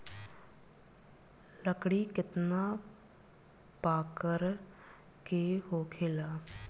लकड़ी केतना परकार के होखेला